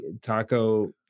taco